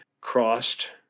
crossed